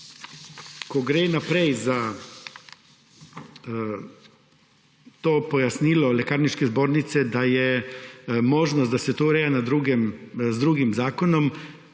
Ko gre za pojasnilo Lekarniške zbornice, da je možnost, da se to ureja z drugim zakonom